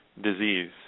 disease